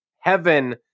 heaven